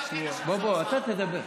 בוא, אתה תדבר.